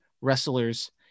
wrestlers